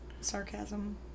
sarcasm